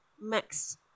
max